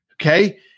Okay